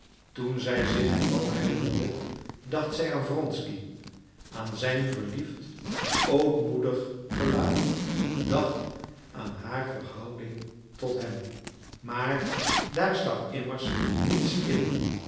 toen zij zich het bal herinnerde dacht zij aan wronsky aan zijn verliefd ootmoedig gelaat dacht aan haar verhouding tot hem maar daar stak immers niets in